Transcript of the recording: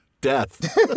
Death